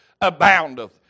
aboundeth